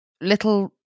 little